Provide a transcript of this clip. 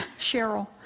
Cheryl